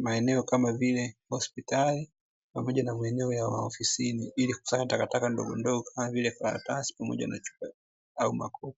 maeneo kama vile hospitali, pamoja na maeneo ya maofisini, ili kukusanya takataka ndogondogo, kama vile karatasi pamoja na chupa au makopo.